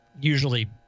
usually